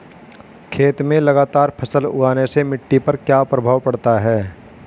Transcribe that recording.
खेत में लगातार फसल उगाने से मिट्टी पर क्या प्रभाव पड़ता है?